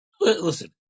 Listen